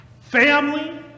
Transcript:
family